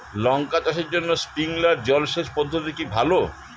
লঙ্কা চাষের জন্য স্প্রিংলার জল সেচ পদ্ধতি কি ভালো?